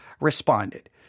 responded